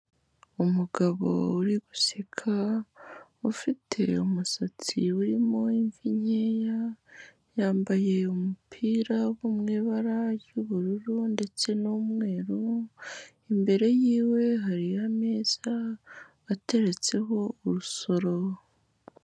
Umugabo uri guseka ufite umusatsi urimo imvi nkeya, yambaye umupira mu ibara ry'ubururu ndetse n'umweru, imbere yiwe hari ameza ateretseho urusoro.